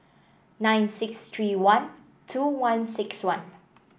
nine six three one two one six one